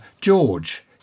George